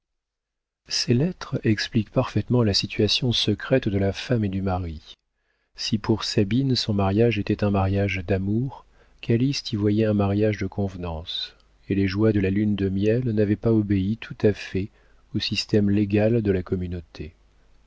ces lettres expliquent parfaitement la situation secrète de la femme et du mari si pour sabine son mariage était un mariage d'amour calyste y voyait un mariage de convenance et les joies de la lune de miel n'avaient pas obéi tout à fait au système légal de la communauté